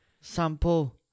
sample